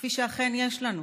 כפי שאכן יש לנו,